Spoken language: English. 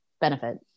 benefit